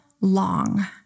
long